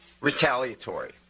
retaliatory